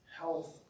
health